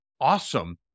Awesome